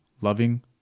loving